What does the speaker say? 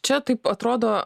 čia taip atrodo